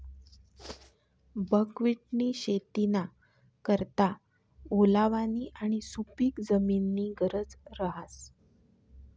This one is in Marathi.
बकव्हिटनी शेतीना करता ओलावानी आणि सुपिक जमीननी गरज रहास